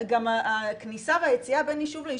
גם הכניסה והיציאה בין יישוב ליישוב,